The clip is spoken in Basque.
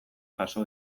jaso